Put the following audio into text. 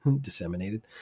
disseminated